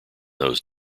those